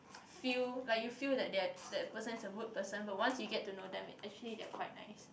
feel like you feel like that that that person is a rude person but once you get to know them actually they are quite nice